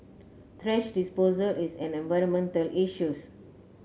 thrash disposal is an environmental issues